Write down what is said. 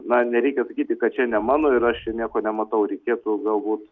na nereikia sakyti kad čia ne mano ir aš čia nieko nematau reikėtų galbūt